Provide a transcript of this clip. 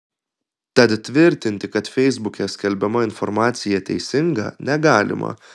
tad tvirtinti kad feisbuke skelbiama informacija teisinga negalima